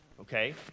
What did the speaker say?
okay